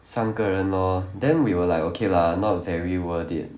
三个人 lor then we were like okay lah not very worth it